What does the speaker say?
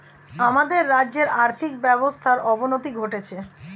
আমাদের রাজ্যের আর্থিক ব্যবস্থার অবনতি ঘটছে